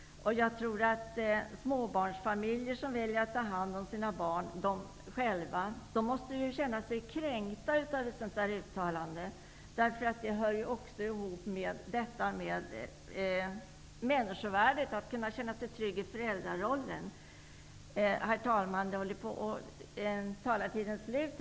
Jag tror att de småbarnsföräldrar som väljer att själva ta hand om sina barn känner sig kränkta när de hör uttalanden av det slag som jag här nämnt. Detta med människovärdet gäller ju också tryggheten i föräldrarollen. Herr talman! Taletiden är snart slut.